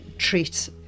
Treat